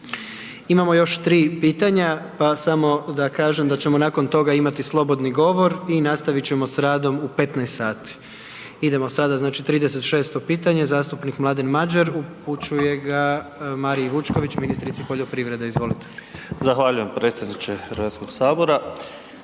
Imamo još tri pitanja pa samo da kažem da ćemo nakon toga imati slobodni govor i nastaviti ćemo sa radom u 15h. Idemo sada. Znači 36 pitanje zastupnik Mladen Madjer, upućuje ga Mariji Vučković ministrici poljoprivrede. Izvolite. **Madjer, Mladen (Stranka rada